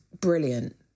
brilliant